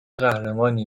قهرمانی